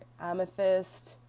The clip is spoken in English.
amethyst